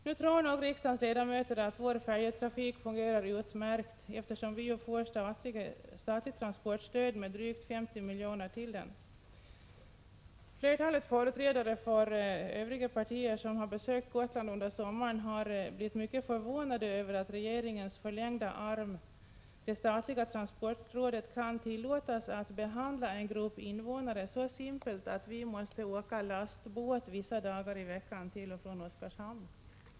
Nu tror nog riksdagens ledamöter att vår färjetrafik fungerar utmärkt, eftersom vi ju får statligt transportstöd med drygt 50 miljoner till den. Flertalet av de företrädare för övriga partier som under sommaren har besökt Gotland har blivit mycket förvånade över att regeringens förlängda arm, det statliga transportrådet, kan tillåtas att behandla en grupp medborgare så simpelt att vi gotlänningar vissa dagar i veckan måste åka lastbåt till och från Oskarshamn.